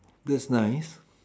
that's nice